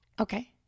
Okay